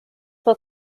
vor